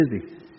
busy